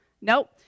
Nope